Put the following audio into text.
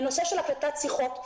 בנושא הקלטת שיחות.